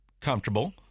comfortable